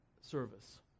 service